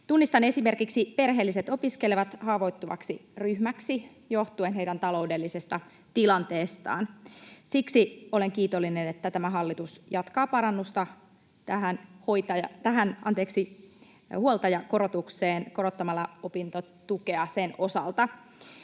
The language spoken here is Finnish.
Tunnistan esimerkiksi perheelliset opiskelevat haavoittuvaksi ryhmäksi johtuen heidän taloudellisesta tilanteestaan. Siksi olen kiitollinen, että tämä hallitus jatkaa parannusta huoltajakorotukseen korottamalla opintotukea sen osalta.